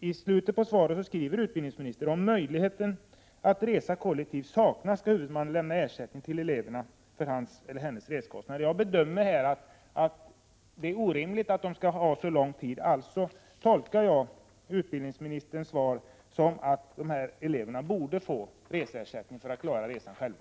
I slutet på svaret skriver utbildningsministern: ”Om möjligheter att resa kollektivt saknas, skall huvudmannen lämna ersättning till eleven för hans eller hennes resekostnader.” Jag bedömer att det är orimligt med denna långa restid, och därmed tolkar jag utbildningsministerns svar så, att dessa elever borde få reseersättning för att klara resan själva.